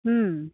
হুম